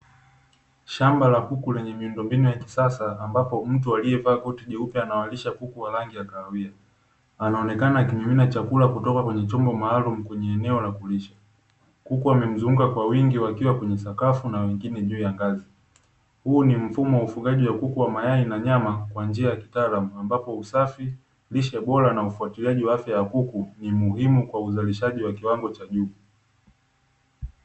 Shamba la kuku lenye miundombinu ya kisasa, ambapo mtu aliyevaa koti jeupe anawalisha kuku wa rangi ya kahawia. Anaonekana akimimina chakula kutoka kwenye chombo maalumu kwenye eneo la kulishia kuku. Wamemzunguka kwa wingi wakiwa kwenye sakafu na wengine juu ya ngazi. Huu ni mfumo wa ufugaji wa kuku wa mayai na nyama kwa njia ya kitaalamu, ambapo usafi, lishe bora na ufuatiliaji wa afya ya kuku ni muhimu kwa uzalishaji wa kiwango cha juu.